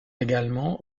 également